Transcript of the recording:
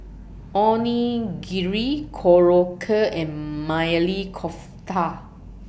Onigiri Korokke and Maili Kofta